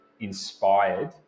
inspired